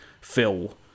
phil